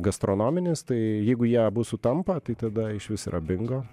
gastronominis tai jeigu jie abu sutampa tai tada išvis yra bingo